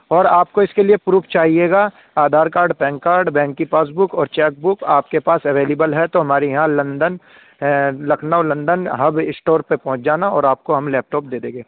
اور آپ کو اس کے لیے پروف چاہیے گا Aadhaar card PAN card bank کی پاس بک اور چیک بک آپ کے پاس اویلیبل ہے تو ہمارے یہاں London Lucknow London hub store پہ پہنچ جانا اور آپ کو ہم لیپ ٹاپ دے دیں گے